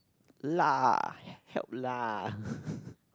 lah help lah